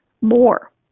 more